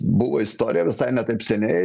buvo istorija visai ne taip seniai